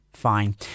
fine